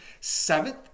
seventh